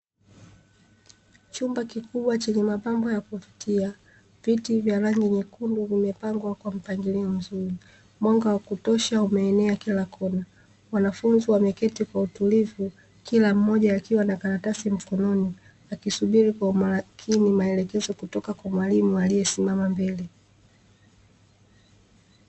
Chumba kikubwa chenye mapambo ya kuvutia, viti vya rangi ya nyekundu vimepangwa kwa mpangilio mzuri. Mwanga wa kutosha umeenea kila kona. Wanafunzi wameketi kwa utulivu, kila mmoja akiwa na karatasi mkononi akisubiri kwa umakini maelekezo kutoka kwa mwalimu aliyesimama mbele.